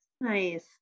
nice